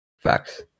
facts